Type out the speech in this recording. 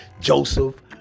Joseph